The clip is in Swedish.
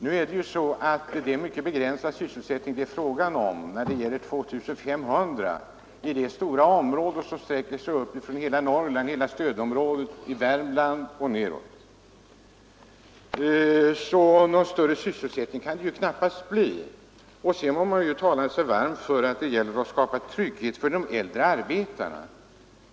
Det är emellertid en mycket begränsad sysselsättning, eftersom det gäller 2 500 arbetstillfällen i det stora område som sträcker sig över hela Norrland, hela stödområdet i Värmland och nedåt. Sedan må man tala sig varm för att skapa trygghet åt de äldre arbetarna.